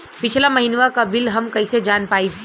पिछला महिनवा क बिल हम कईसे जान पाइब?